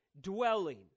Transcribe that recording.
dwelling